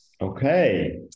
Okay